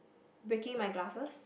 breaking my glasses